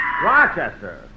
Rochester